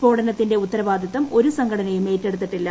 സ്ഫോടനത്തിന്റെ ഉത്തരവാദിത്തം ഒരു സംഘടനയും ഏറ്റെടുത്തിട്ടില്ല